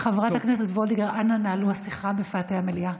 חברת הכנסת, אנא נהלו את השיחה בפאתי המליאה.